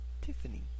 Tiffany